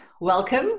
welcome